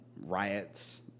riots